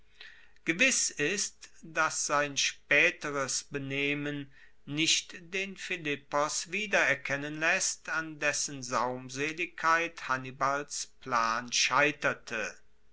gewiss ist dass sein spaeteres benehmen nicht den philippos wiedererkennen laesst an dessen saumseligkeit hannibals plan scheiterte